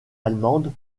allemande